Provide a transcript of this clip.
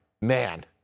Man